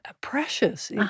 precious